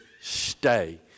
stay